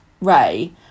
Ray